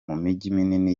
minini